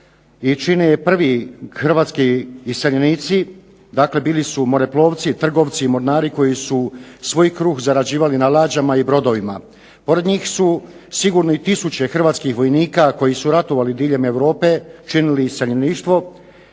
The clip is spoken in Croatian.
čine je prvi hrvatski iseljenici. Dakle, bili su moreplovci, trgovci i mornari koji su svoj kruh zarađivali na lađama i brodovima. Pored njih su sigurno i tisuće hrvatskih vojnika koji su ratovali diljem Europe, činili iseljeništvo.